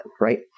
right